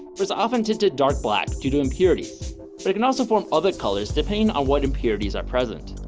there's often tinted dark black due to impurity. it can also form other colors depending on what impurities are present.